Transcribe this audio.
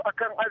Akan